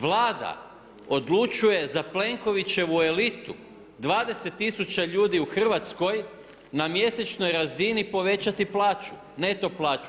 Vlada odlučuje za Plenkovićevu elitu 20000 ljudi u Hrvatskoj na mjesečnoj razini povećati plaću, neto plaću.